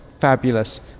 fabulous